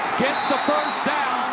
gets the first down.